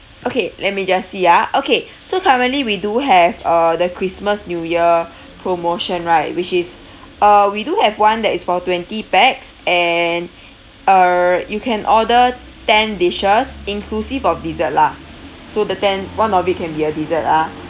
okay let me just see ah okay so currently we do have uh the christmas new year promotion right which is uh we do have one that is for twenty pax and uh you can order ten dishes inclusive of dessert lah so the ten one of it can be a dessert ah